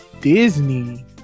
Disney